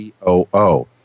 COO